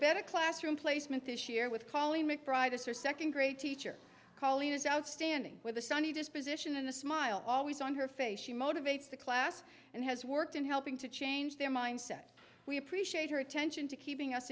better classroom placement this year with colleen mcbride a second grade teacher colleen is outstanding with a sunny disposition and the smile always on her face she motivates the class and has worked in helping to change their mindset we appreciate your attention to keeping us